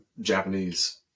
Japanese